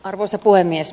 arvoisa puhemies